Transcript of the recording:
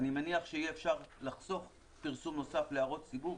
אני מניח שיהיה אפשר לחסוך פרסום נוסף להערות ציבור.